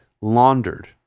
laundered